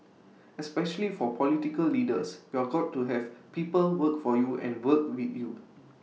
especially for political leaders you've got to have people work for you and work with you